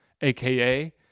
aka